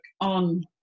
on